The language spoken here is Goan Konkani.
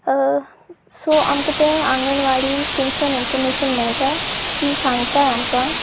सो आमकां तें आंगणवाडी थंयच्यान इनफोर्मेशन मेळटा ती सांगतात आमकां